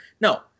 No